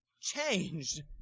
changed